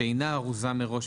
שאינה ארוזה מראש,